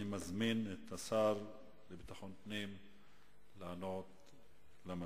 אני מזמין את השר לביטחון פנים לענות למציעים.